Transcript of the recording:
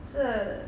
是